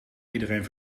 iedereen